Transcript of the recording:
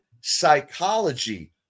psychology